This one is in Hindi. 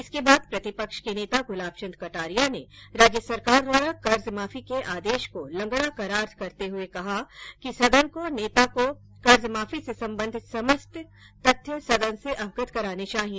इसके बाद प्रतिपक्ष के नेता गुलाब चंद कटारिया ने राज्य सरकार द्वारा कर्ज माफी के आदेष को लंगड़ा करार देते हए कहा कि सदन के नेता को कर्ज माफी से संबंधित समस्त तथ्यों से सदन को अवगत कराना चाहिए